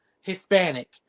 Hispanic